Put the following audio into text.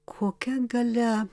kokia galia